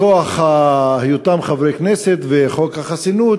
מכוח היותם חברי כנסת וחוק החסינות,